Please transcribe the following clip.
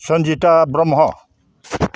Sanjita Brahma